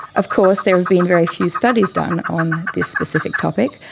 of course, there have been very few studies done on this specific topic,